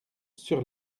sur